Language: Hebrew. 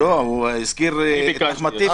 אבל הוא הזכיר את אחמד טיבי.